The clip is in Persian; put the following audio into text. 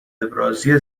ابرازی